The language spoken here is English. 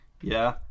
Yeah